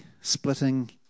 splitting